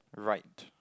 right